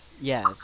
Yes